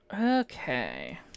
Okay